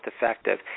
effective